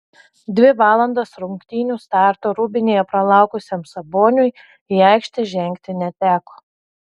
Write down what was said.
dvi valandas rungtynių starto rūbinėje pralaukusiam saboniui į aikštę žengti neteko